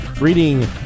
reading